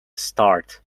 start